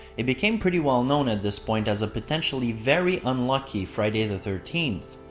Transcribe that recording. it became pretty well-known at this point as a potentially very unlucky friday the thirteenth.